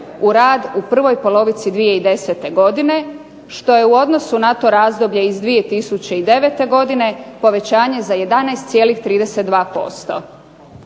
u rad u prvoj polovici 2010. godine što je u odnosu na to razdoblje iz 2009. godine povećanje za 11,32%.